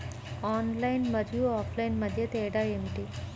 Online మరియు offline మధ్య తేడా ఏమిటీ?